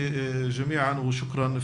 (אומר דברים בשפה הערבית להלן התרגום החופשי)